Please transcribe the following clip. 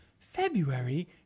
February